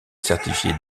certifié